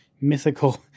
mythical